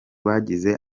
bagize